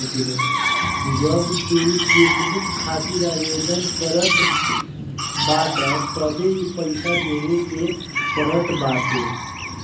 जब तू चेकबुक खातिर आवेदन करत बाटअ तबे इ पईसा देवे के पड़त बाटे